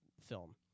film